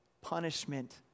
punishment